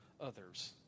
others